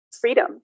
freedom